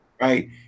right